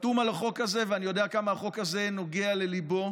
חתום על החוק הזה, ואני יודע כמה הוא נוגע לליבו.